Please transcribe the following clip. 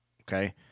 okay